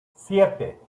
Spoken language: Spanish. siete